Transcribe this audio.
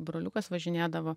broliukas važinėdavo